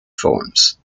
forms